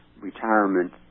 retirement